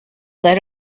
that